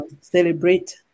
celebrate